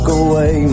away